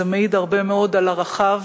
זה מעיד הרבה מאוד על ערכיו,